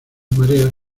mareas